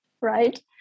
Right